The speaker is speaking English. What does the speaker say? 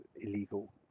illegal